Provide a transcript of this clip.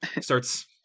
starts